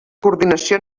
coordinació